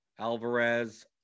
Alvarez